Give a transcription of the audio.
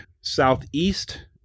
southeast